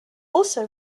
also